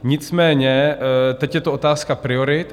Nicméně teď je to otázka priorit.